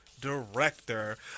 director